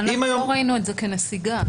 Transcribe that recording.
לא ראינו את זה כנסיגה.